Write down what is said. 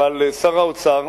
אבל שר האוצר,